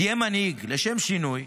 תהיה מנהיג לשם שינוי,